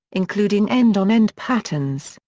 including end-on-end patterns,